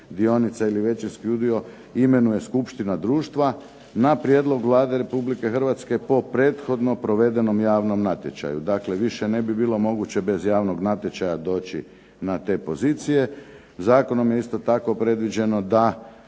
dionica ili većinski udio imenuje skupština društva, na prijedlog Vlade Republike Hrvatske po prethodno provedenom javnom natječaju. Dakle više ne bi bilo moguće bez javnog natječaja doći na te pozicije. Zakonom je isto tako predviđeno da